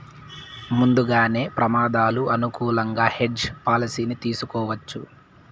ముందుగానే ప్రమాదాలు అనుకూలంగా హెడ్జ్ పాలసీని తీసుకోవచ్చు